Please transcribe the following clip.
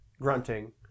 grunting